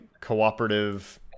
cooperative